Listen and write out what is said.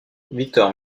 victor